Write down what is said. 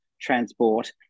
transport